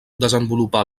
desenvolupà